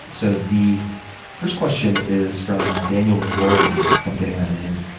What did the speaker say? so the first question is from a daniel morolli, if i'm getting that name.